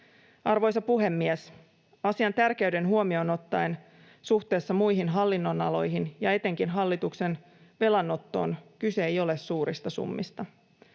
Arvoisa puhemies! Asian tärkeyden huomioon ottaen suhteessa muihin hallinnonaloihin ja etenkin hallituksen velanottoon kyse ei ole suurista summista.